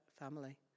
family